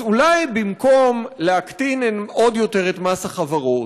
אז אולי במקום להקטין עוד יותר את מס החברות,